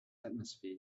atmosphere